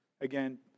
Again